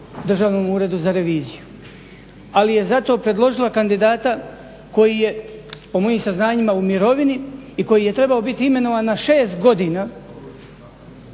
Državnom uredu za reviziju, ali je zato predložila kandidata koji je po mojim saznanjima u mirovini i koji je trebao biti imenovan na 6 godina